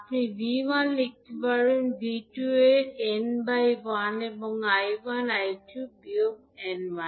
আপনি V1 লিখতে পারবেন V2 এর n বাই 1 এবং I1 I2 এর বিয়োগ n